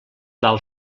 val